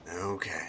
Okay